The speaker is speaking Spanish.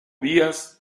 vías